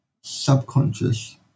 subconscious